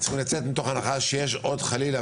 צריך לצאת מתוך הנחה שיש עוד חלילה,